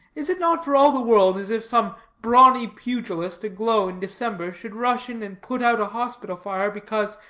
is it not for all the world as if some brawny pugilist, aglow in december, should rush in and put out a hospital-fire, because,